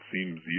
seems